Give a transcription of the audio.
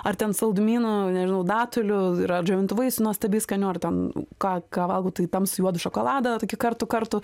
ar ten saldumynų nežinau datulių ir ar džiovintų vaisių nuostabiai skanių ar ten ką ką valgau tai tamsų juodą šokoladą tokį kartų kartų